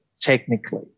technically